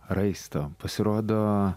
raisto pasirodo